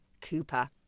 Cooper